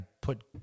put